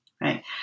right